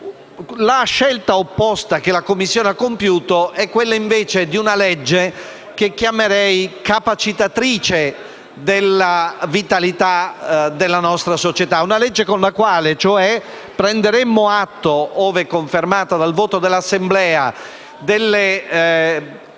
La scelta opposta, che la Commissione ha compiuto, è quella di una legge che chiamerei capacitatrice della vitalità della nostra società; una legge con la quale, cioè, prenderemmo atto, ove confermata dal voto dell'Assemblea, delle